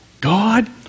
God